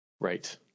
Right